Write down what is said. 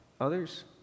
Others